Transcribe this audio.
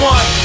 One